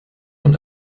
und